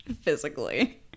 physically